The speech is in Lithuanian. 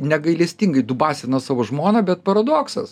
negailestingai dubasina savo žmoną bet paradoksas